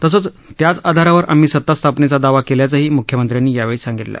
तसंच त्याच आधारावर आम्ही सता स्थापनेचा दावा केल्याचंही मुख्यमंत्र्यांनी यावेळी सांगितलं